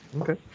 Okay